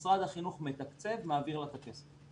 משרד החינוך מתקצב, מעביר לה את הכסף.